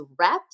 reps